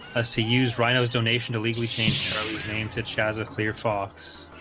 ah to use rhinos donation to legally change name to chaz a clear fox